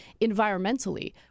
environmentally